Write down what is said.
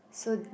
so